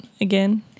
again